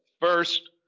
first